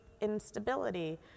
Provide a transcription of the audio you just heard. instability